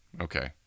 Okay